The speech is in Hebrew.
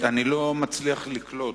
אני לא מצליח לקלוט,